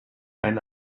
einen